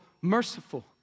merciful